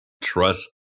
trust